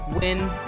win